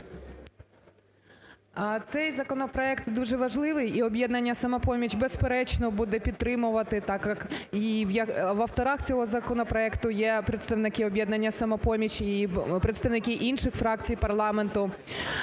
Цей законопроект дуже важливий і "Об'єднання "Самопоміч", безперечно, буде підтримувати, так як в авторах цього законопроекту є представники "Об'єднання "Самопоміч" і представники інших фракцій парламенту.